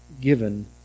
given